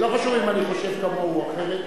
לא חשוב אם אני חושב כמוהו או אחרת,